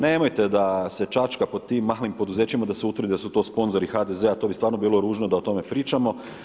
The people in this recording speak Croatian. Nemojte da se čačka po tim malim poduzećima, da se utvrdi da su to sponzori HDZ-a, to bi stvarno bilo ružno da o tome pričamo.